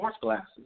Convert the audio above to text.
glasses